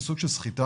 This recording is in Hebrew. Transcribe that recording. זה סוג של סחיטה.